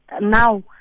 now